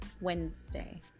Wednesday